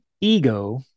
ego